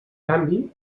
canvi